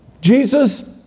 Jesus